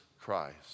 Christ